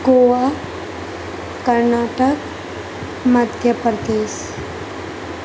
Goa Karnataka Madhya Pradesh